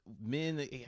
men